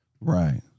Right